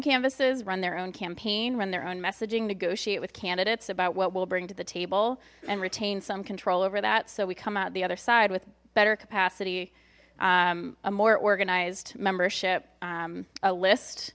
canvasses run their own campaign run their own messaging negotiate with candidates about what we'll bring to the table and retain some control over that so we come out the other side with better capacity a more organized membership a list